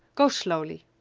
go slowly.